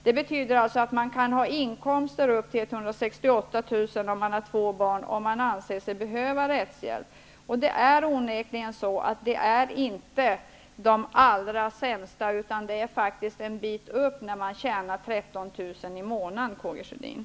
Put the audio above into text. Det betyder alltså att man kan ha inkomster upp till 168 000 kr., ha två barn och få rättshjälp anser sig behöva det. Det handlar alltså inte om dem som har det allra sämst ställt när man talar om personer som tjänar